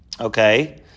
okay